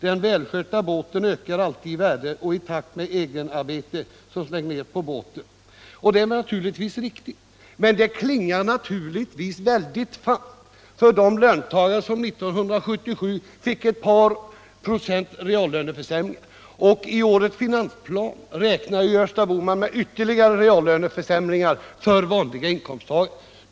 Den vilskötta båten ökar alltid 1 värde och i takt med eget arbete som läggs ned på båten.” Det är naturhgtvis riktigt men klingar mycket falskt för de löntagare som 1977 fick ett par procents reallöneförsämring. I årets finansplan räknar Gösta Bohman med ytterligare reallöneförsämringar för vanliga inkomsttagare.